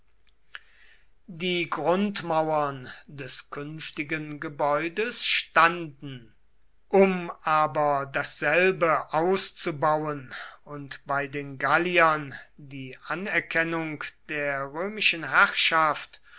die grundmauern des künftigen gebäudes standen um aber dasselbe auszubauen und bei den galliern die anerkennung der römischen herrschaft